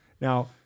Now